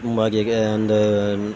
ಮಗೆಗೆ ಒಂದು